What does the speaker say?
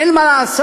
אין מה לעשות.